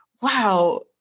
wow